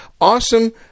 awesome